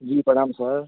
जी प्रणाम सर